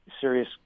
serious